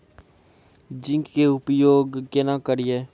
Zinc के उपयोग केना करये?